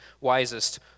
wisest